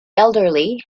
elderly